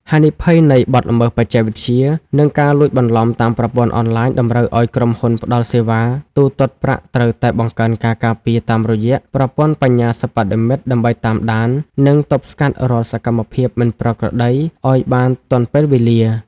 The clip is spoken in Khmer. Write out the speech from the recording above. ហានិភ័យនៃបទល្មើសបច្ចេកវិទ្យា និងការលួចបន្លំតាមប្រព័ន្ធអនឡាញ តម្រូវឱ្យក្រុមហ៊ុនផ្ដល់សេវាទូទាត់ប្រាក់ត្រូវតែបង្កើនការការពារតាមរយៈប្រព័ន្ធបញ្ញាសិប្បនិម្មិតដើម្បីតាមដាន និងទប់ស្កាត់រាល់សកម្មភាពមិនប្រក្រតីឱ្យបានទាន់ពេលវេលា។